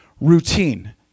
routine